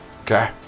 okay